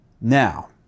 Now